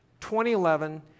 2011